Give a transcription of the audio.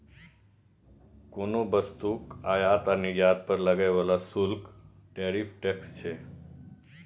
कोनो वस्तुक आयात आ निर्यात पर लागय बला शुल्क टैरिफ टैक्स छै